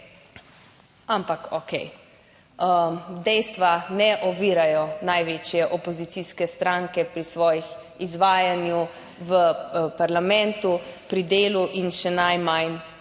ampak okej. Dejstva ne ovirajo največje opozicijske stranke pri svojem izvajanju v parlamentu, pri delu in še najmanj na